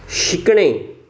शिकणे